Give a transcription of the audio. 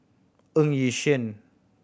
Ng Yi Sheng